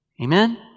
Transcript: Amen